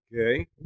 Okay